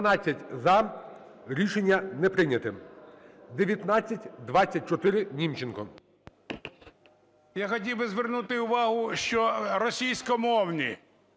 Я хотів би звернути увагу, що російськомовні,